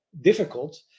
difficult